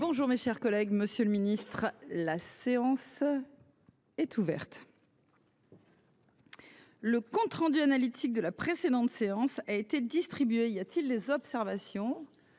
Bonjour mes chers collègues, Monsieur le Ministre, la séance. Est ouverte. Le compte rendu analytique de la précédente séance a été distribué, y a-t-il des observations.